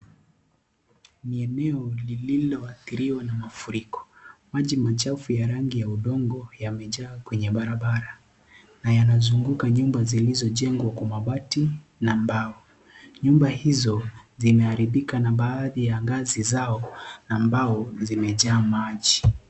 Ni eneo lililoathiriwa na mafuriko. Maji machafu ya rangi ya udongo yamejaa kwenye barabara, na yanazunguka nyumba zilizojengwa kwa mabati na mbao. Nyumba hizo zimeharibika na baadhi ya ngazi zao na mbao zimejaa maji.